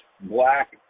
black